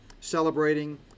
celebrating